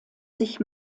sich